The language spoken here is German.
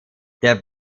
der